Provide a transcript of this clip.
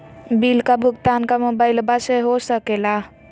Bill का भुगतान का मोबाइलवा से हो सके ला?